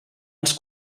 els